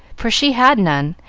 for she had none,